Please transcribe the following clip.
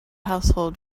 household